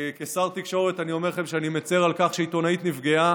כשר התקשורת אני אומר לכם שאני מצר על כך שעיתונאית נפגעה,